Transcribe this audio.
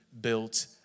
built